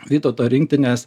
vytauto rinktinės